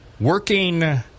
working